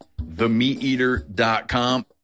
TheMeatEater.com